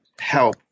help